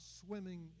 swimming